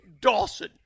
Dawson